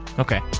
okay.